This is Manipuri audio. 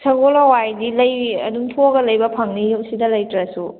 ꯁꯒꯣꯜ ꯍꯋꯥꯏꯗꯤ ꯂꯩꯔꯤ ꯑꯗꯨꯝ ꯊꯣꯛꯑꯒ ꯂꯩꯕ ꯐꯪꯅꯤꯌꯦ ꯁꯤꯗ ꯂꯩꯇ꯭ꯔꯁꯨ